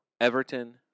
Everton